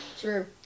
True